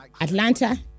Atlanta